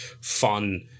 fun